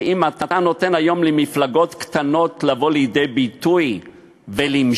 שאם אתה נותן היום למפלגות קטנות לבוא לידי ביטוי ולמשול,